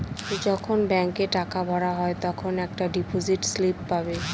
যখন ব্যাঙ্কে টাকা ভরা হয় তখন একটা ডিপোজিট স্লিপ পাবে